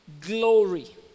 glory